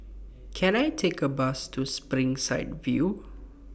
Can I Take A Bus to Springside View